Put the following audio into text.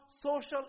social